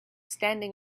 standing